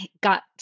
got